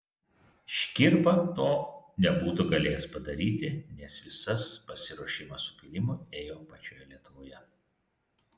škirpa to nebūtų galėjęs padaryti nes visas pasiruošimas sukilimui ėjo pačioje lietuvoje